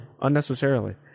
Unnecessarily